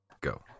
go